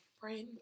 friends